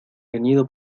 venido